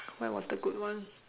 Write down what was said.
where was the good one